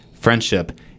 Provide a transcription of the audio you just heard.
friendship